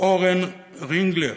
ארן ריילינגר,